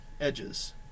edges